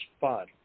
fun